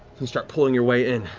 and start pulling your way in,